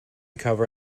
cover